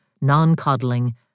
non-coddling